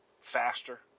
faster